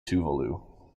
tuvalu